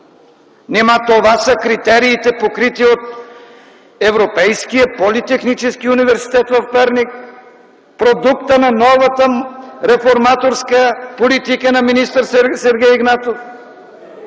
Нима това са критериите, покрити от Европейския политехнически университет в Перник – продуктът на новата реформаторска политика на министър Сергей Игнатов?